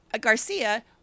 Garcia